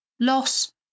loss